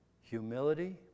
humility